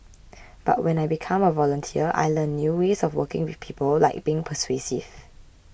but when I become a volunteer I learn new ways of working with people like being persuasive